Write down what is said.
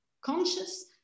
conscious